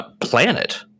planet